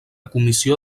comissió